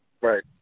Right